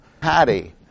Patty